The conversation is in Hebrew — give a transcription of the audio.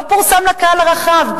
לא פורסם לקהל הרחב,